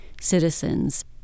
citizens